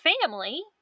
family